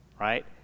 right